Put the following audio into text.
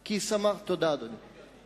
תודה, אדוני.